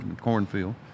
cornfield